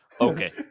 okay